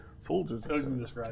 Soldiers